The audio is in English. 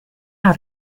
how